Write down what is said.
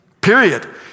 period